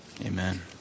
amen